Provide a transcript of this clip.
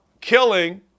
killing